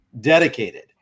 dedicated